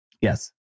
Yes